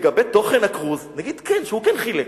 לגבי תוכן הכרוז, נגיד כן, שהוא כן חילק,